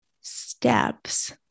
steps